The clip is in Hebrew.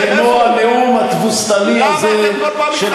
איפה הוא?